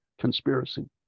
conspiracy